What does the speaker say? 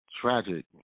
tragic